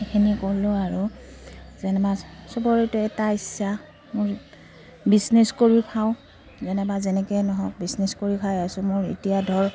এইখিনিয়ে ক'লোঁ আৰু যেনিবা চবৰেতো এটা ইচ্ছা মোৰ বিজনেছ কৰি খাওঁ যেনিবা যেনেকৈয়ে নহওক বিজনেছ কৰি খাই আছো মোৰ এতিয়া ধৰক